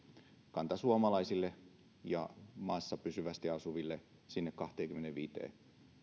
kantasuomalaisille ja maassa pysyvästi asuville sinne kahteenkymmeneenviiteen